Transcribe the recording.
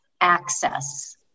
access